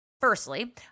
firstly